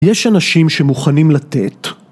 יש אנשים שמוכנים לתת